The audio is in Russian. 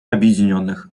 объединенных